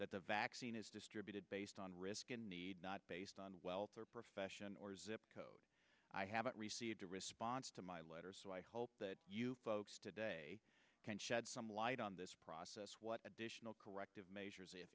that the vaccine is distributed based on risk and need not based on wealth or profession or zip code i haven't received a response to my letter so i hope that you folks today can shed some light on this process what additional corrective measures if